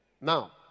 Now